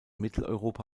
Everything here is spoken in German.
mitteleuropa